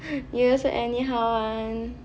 you also anyhow one